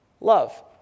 Love